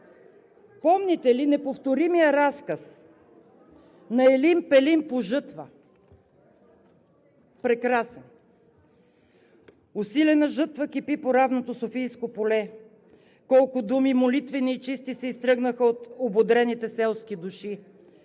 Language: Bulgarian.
Помните ли неповторимия разказ на Елин Пелин „По жътва“? Прекрасен! „Усилена жътва кипи по равното Софийско поле... Колко думи, молитвени и чисти, се изтръгнаха от ободрените селски души!